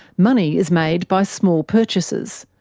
money is made by small purchases,